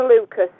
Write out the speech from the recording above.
Lucas